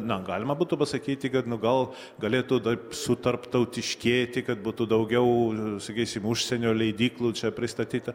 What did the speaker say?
na galima būtų pasakyti kad nu gal galėtų taip sutarptautiškėti kad būtų daugiau sakysim užsienio leidyklų čia pristatyta